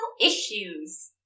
issues